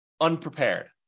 unprepared